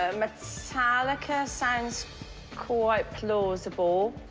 m-metallica sounds quite plausible.